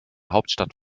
hauptstadt